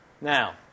Now